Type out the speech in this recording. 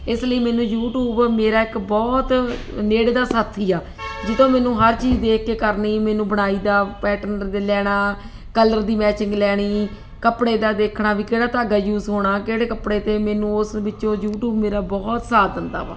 ਇਸ ਲਈ ਮੈਨੂੰ ਯੂਟੂਬ ਮੇਰਾ ਇੱਕ ਬਹੁਤ ਨੇੜੇ ਦਾ ਸਾਥੀ ਆ ਜਿਥੋਂ ਮੈਨੂੰ ਹਰ ਚੀਜ਼ ਦੇਖ ਕੇ ਕਰਨੀ ਮੈਨੂੰ ਬੁਣਾਈ ਦਾ ਪੈਟਰਨ ਲੈਣਾ ਕਲਰ ਦੀ ਮੈਚਿੰਗ ਲੈਣੀ ਕੱਪੜੇ ਦਾ ਦੇਖਣਾ ਵੀ ਕਿਹੜਾ ਧਾਗਾ ਯੂਜ਼ ਹੋਣਾ ਕਿਹੜੇ ਕੱਪੜੇ 'ਤੇ ਮੈਨੂੰ ਉਸ ਵਿੱਚੋਂ ਯੂਟੂਬ ਮੇਰਾ ਬਹੁਤ ਸਾਥ ਦਿੰਦਾ ਵਾ